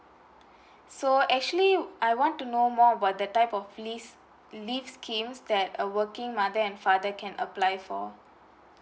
so actually I want to know more about the type of leave leave claims that a working mother and father can apply for